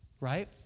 right